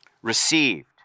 Received